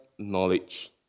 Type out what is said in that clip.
Knowledge